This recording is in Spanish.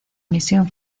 misión